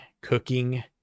cooking